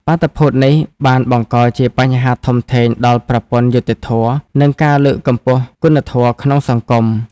បាតុភូតនេះបានបង្កជាបញ្ហាធំធេងដល់ប្រព័ន្ធយុត្តិធម៌ និងការលើកកម្ពស់គុណធម៌ក្នុងសង្គម។